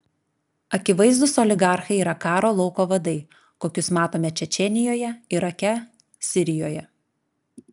akivaizdūs oligarchai yra karo lauko vadai kokius matome čečėnijoje irake sirijoje